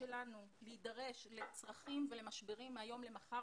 שלנו להידרש לצרכים ולמשברים מהיום למחר,